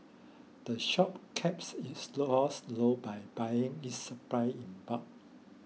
the shop keeps its low costs low by buying its supplies in bulk